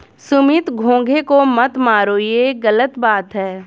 सुमित घोंघे को मत मारो, ये गलत बात है